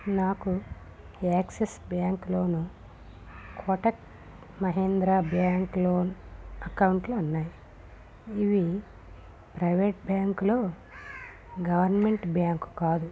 నాకు యాక్సిస్ బ్యాంకులో కోటక్ మహేంద్ర బ్యాంక్ లో అకౌంట్లు ఉన్నాయి ఇవి ప్రైవేట్ బ్యాంకులు గవర్నమెంట్ బ్యాంకు కాదు